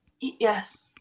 Yes